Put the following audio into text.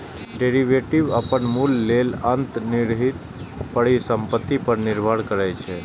derivative अपन मूल्य लेल अंतर्निहित परिसंपत्ति पर निर्भर करै छै